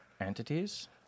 entities